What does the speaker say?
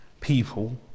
people